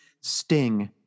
Sting